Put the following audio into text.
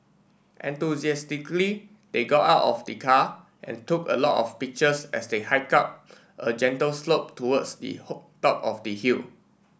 enthusiastically they got out of the car and took a lot of pictures as they hiked up a gentle slope towards the hole top of the hill